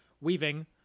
Weaving